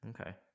Okay